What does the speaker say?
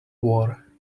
war